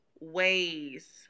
ways